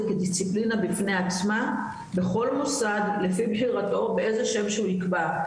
כדיסציפלינה בפני עצמה בכל מוסד לפי בחירתו באיזה שם שהוא יקבע,